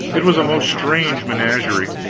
it was a most strange menagerie.